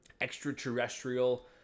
extraterrestrial